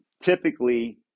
Typically